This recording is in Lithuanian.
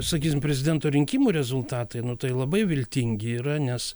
sakysim prezidento rinkimų rezultatai tai labai viltingi yra nes